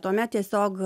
tuomet tiesiog